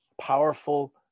powerful